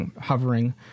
hovering